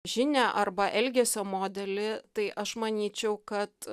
žinią arba elgesio modelį tai aš manyčiau kad